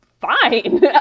fine